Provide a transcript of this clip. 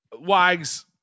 Wags